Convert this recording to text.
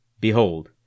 Behold